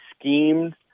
schemed